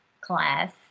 class